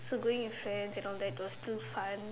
so going with friends they don't dare because it's too fun